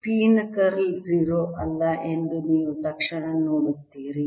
P ನ curl 0 ಅಲ್ಲ ಎಂದು ನೀವು ತಕ್ಷಣ ನೋಡುತ್ತೀರಿ